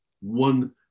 One